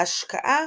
ההשקעה